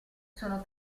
sono